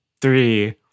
three